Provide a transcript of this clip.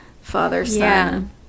father-son